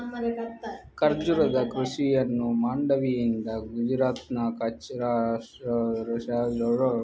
ಖರ್ಜೂರದ ಕೃಷಿಯನ್ನು ಮಾಂಡವಿಯಿಂದ ಗುಜರಾತ್ನ ಕಚ್ ಸೌರಾಷ್ಟ್ರ ಜಿಲ್ಲೆಗಳ ಅಂಜಾರ್ ವರೆಗಿನ ಪ್ರದೇಶದಲ್ಲಿ ಕೃಷಿ ಮಾಡಲಾಗುತ್ತದೆ